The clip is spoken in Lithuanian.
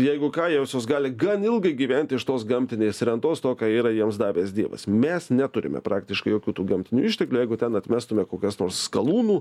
jeigu ką josios gali gan ilgai gyventi iš tos gamtinės rentos to ką yra jiems davęs dievas mes neturime praktiškai jokių tų gamtinių išteklių jeigu ten atmestume kokias nors skalūnų